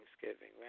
Thanksgiving